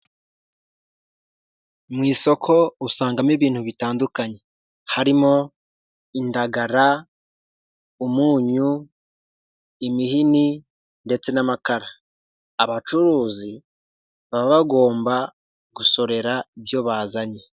Mu isoko usangamo ibintu bitandukanye, harimo indagara, umunyu, imihini ndetse n'amakara. Abacuruzi baba bagomba gusorera ibyo bazanye.